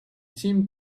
tim